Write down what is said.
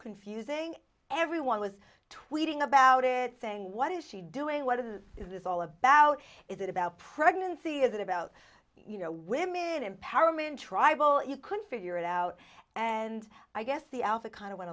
confusing everyone was tweeting about it saying what is she doing whether this is all about is it about pregnancy is it about you know women empowerment tribal you couldn't figure it out and i guess the alpha kind of went